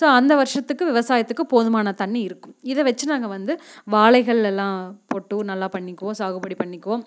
so அந்த வருஷத்துக்கு விவசாயத்துக்கு போதுமான தண்ணி இருக்கும் இதை வெச்சு நாங்கள் வந்து வாழைகள் எல்லாம் போட்டும் நல்லா பண்ணிக்குவோம் சாகுபடி பண்ணிக்குவோம்